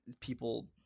people